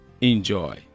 Enjoy